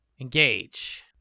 Engage